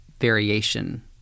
variation